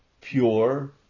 pure